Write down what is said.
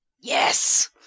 Yes